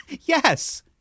Yes